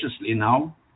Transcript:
now